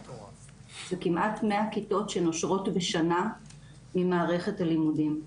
זה כמעט 100 כיתות שנושרות בשנה ממערכת הלימודים.